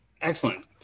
Excellent